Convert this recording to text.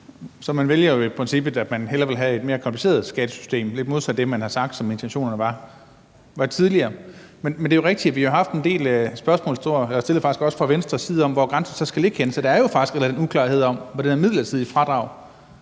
Så man vælger i princippet, at man hellere vil have et mere kompliceret skattesystem, lidt modsat det, man tidligere har sagt intentionerne var. Men det er jo rigtigt, at vi har haft en del spørgsmål, og jeg stillede faktisk også et spørgsmål om, hvor grænsen skal ligge henne fra Venstres side, så der er jo faktisk en eller en uklarhed om det her midlertidige fradrag,